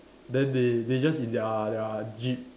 then they they just in their their jeep